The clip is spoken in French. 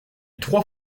trois